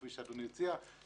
כפי שאדוני הציע.